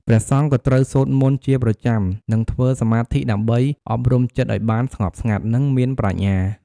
ព្រះសង្ឃក៏ត្រូវសូត្រមន្តជាប្រចាំ និងធ្វើសមាធិដើម្បីអប់រំចិត្តឲ្យបានស្ងប់ស្ងាត់ និងមានប្រាជ្ញា។